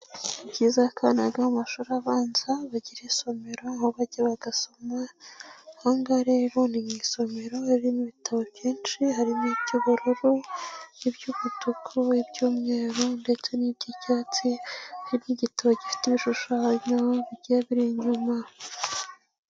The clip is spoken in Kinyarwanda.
Ni byiza ko abana biga mu mashuri abanza bagire isomero aho bajya bagasoma, ahangaha rero ni mu isomero harimo ibitabo byinshi, iby'bururu, umutuku, umweru ndetse n'iby'icyatsi hari n'igitabo gifite ibishushanyoyo bigiye biri inyuma.